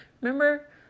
Remember